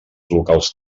locals